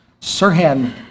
Sirhan